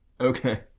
Okay